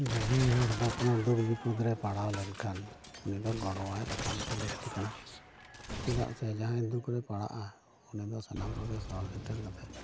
ᱡᱟᱦᱟᱸᱭ ᱦᱚᱲ ᱫᱩᱠ ᱵᱤᱯᱚᱫᱽ ᱨᱮᱭ ᱯᱟᱲᱟᱣ ᱞᱮᱱᱠᱷᱟᱱ ᱩᱱᱤ ᱫᱚ ᱜᱚᱲᱚᱣᱟᱭ ᱮᱠᱟᱱᱛᱚ ᱞᱟᱹᱠᱛᱤ ᱠᱟᱱᱟ ᱪᱮᱫᱟᱜ ᱥᱮ ᱡᱟᱦᱟᱸᱭ ᱫᱩᱠ ᱨᱮᱭ ᱯᱟᱲᱟᱜᱼᱟ ᱩᱱᱤ ᱫᱚ ᱥᱟᱱᱟᱢ ᱠᱚᱜᱮ ᱥᱚᱦᱚᱨ ᱥᱮᱴᱮᱨ ᱠᱟᱛᱮ